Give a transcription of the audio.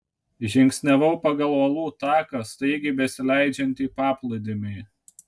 žingsniavau pagal uolų taką staigiai besileidžiantį į paplūdimį